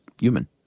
human